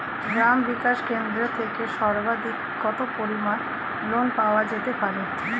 গ্রাম বিকাশ কেন্দ্র থেকে সর্বাধিক কত পরিমান লোন পাওয়া যেতে পারে?